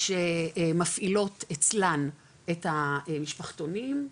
שמפעילות אצלן את המשפחתונים,